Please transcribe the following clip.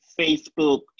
Facebook